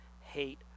hate